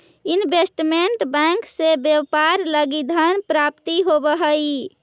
investment bank से व्यापार लगी धन प्राप्ति होवऽ हइ